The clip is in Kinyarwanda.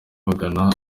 bagana